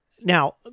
Now